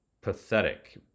pathetic